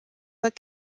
but